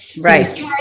Right